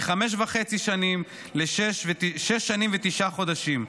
מחמש וחצי שנים לשש שנים ותשעה חודשים.